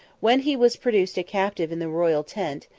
when he was produced a captive in the royal tent,